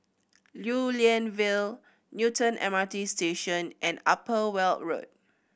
Lew Lian Vale Newton M R T Station and Upper Weld Road